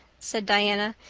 said diana.